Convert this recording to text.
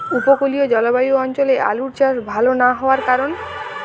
উপকূলীয় জলবায়ু অঞ্চলে আলুর চাষ ভাল না হওয়ার কারণ?